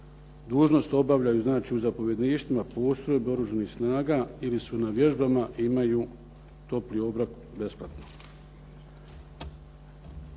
dužnost obavljaju, znači u zapovjedništvima postrojbe Oružanih snaga ili su na vježbama imaju topli obrok besplatno.